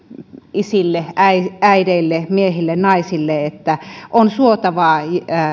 isille äideille miehille naisille että on suotavaa